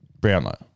Brownlow